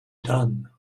done